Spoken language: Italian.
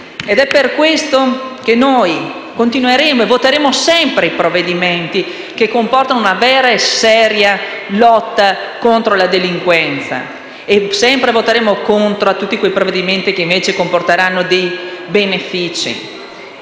È per questo che noi voteremo sempre i provvedimenti che comportano una vera e seria lotta contro la delinquenza e voteremo sempre contro tutti quei provvedimenti che invece comporteranno dei benefici